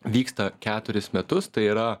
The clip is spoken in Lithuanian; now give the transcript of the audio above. vyksta keturis metus tai yra